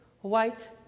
white